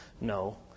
no